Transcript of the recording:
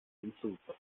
insultas